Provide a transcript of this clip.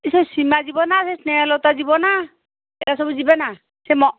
ସେ ସୀମା ଯିବ ନା ସେ ସ୍ନେହଲତା ଯିବ ନା ଏ ସବୁ ଯିବେ ନା